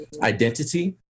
Identity